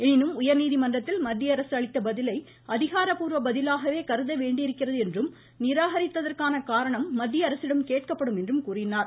எனினும் உயா்நீதிமன்றத்தில் மத்திய அரசு அளித்த பதிலை அதிகாரப்பூர்வ பதிலாகவே கருத வேண்டியிருக்கிறது என்றும் நிராகரித்ததற்கான காரணம் மத்திய அரசிடம் கேட்க்கப்படும் என்றும் கூறினார்